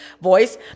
voice